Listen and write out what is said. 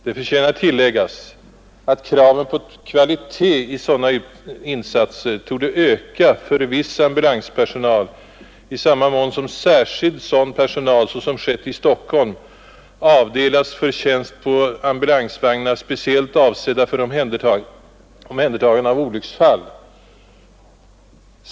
Det förtjänar tilläggas, att kraven på kvalitet i sådana insatser torde tendera att öka särskilt för viss ambulanspersonal i samma mån som särskild sådan personal, såsom skett i Stockholm, avdelas för tjänst på ambulansvagnar speciellt avsedda för omhändertagande av olycksfall.